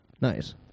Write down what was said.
Nice